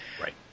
Right